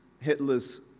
Hitler's